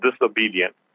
disobedient